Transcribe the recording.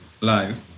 live